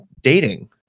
dating